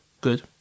Good